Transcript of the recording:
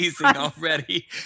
already